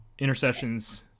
interceptions